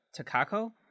Takako